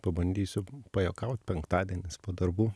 pabandysiu pajuokaut penktadienis po darbų